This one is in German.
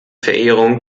verehrung